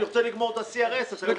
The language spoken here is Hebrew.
אני רוצה לגמור את ה-CRS -- כן,